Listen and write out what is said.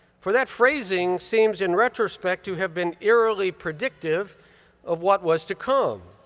for that phrasing seems in retrospect to have been eerily predictive of what was to come.